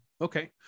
Okay